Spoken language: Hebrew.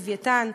"לווייתן",